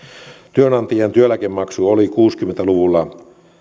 työnantajien työeläkemaksu oli kuusikymmentä luvulla